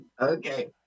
Okay